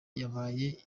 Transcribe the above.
yabaye